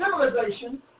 civilization